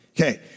Okay